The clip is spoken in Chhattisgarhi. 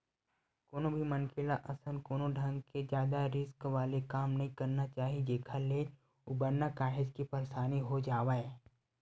कोनो भी मनखे ल अइसन कोनो ढंग के जादा रिस्क वाले काम नइ करना चाही जेखर ले उबरना काहेक के परसानी हो जावय